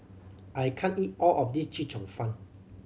I can't eat all of this Chee Cheong Fun